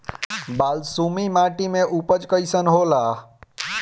बालसुमी माटी मे उपज कईसन होला?